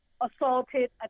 assaulted